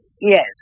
Yes